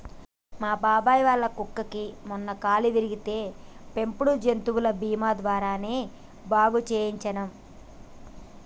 మా బాబాయ్ వాళ్ళ కుక్కకి మొన్న కాలు విరిగితే పెంపుడు జంతువుల బీమా ద్వారానే బాగు చేయించనం